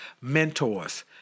mentors